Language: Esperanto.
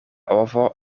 ovo